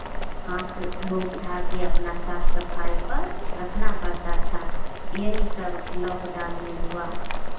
हाथ धो धा कर अपना साफ़ सफ़ाई पर रखना पड़ता था यही सब लॉक डाउन में हुआ